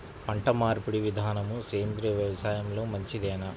పంటమార్పిడి విధానము సేంద్రియ వ్యవసాయంలో మంచిదేనా?